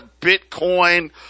Bitcoin